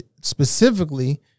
Specifically